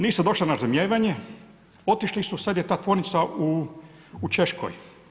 Nisu došle na razumijevanje, otišli su, sad je ta tvornica u Češkoj.